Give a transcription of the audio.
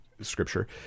scripture